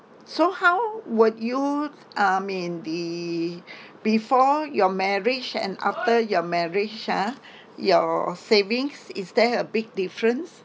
so how would you I mean the before your marriage and after your marriage ah your savings is there a big difference